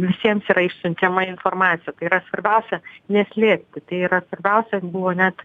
visiems yra išsiunčiama informacija tai yra svarbiausia neslėpti tai yra svarbiausia buvo net